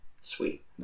Sweet